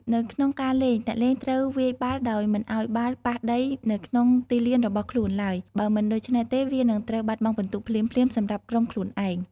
នៅក្នុងការលេង អ្នកលេងត្រូវវាយបាល់ដោយមិនឲ្យបាល់ប៉ះដីនៅក្នុងទីលានរបស់ខ្លួនឡើយ បើមិនដូច្នេះទេវានឹងត្រូវបាត់បង់ពិន្ទុភ្លាមៗសម្រាប់ក្រុមខ្លួនឯង។